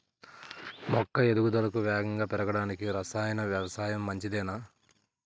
మొక్క ఎదుగుదలకు వేగంగా పెరగడానికి, రసాయన వ్యవసాయం మంచిదేనా?